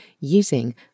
using